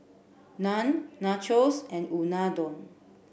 Naan Nachos and Unadon